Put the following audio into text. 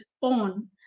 on